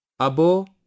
abo